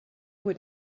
would